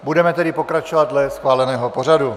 Budeme tedy pokračovat dle schváleného pořadu.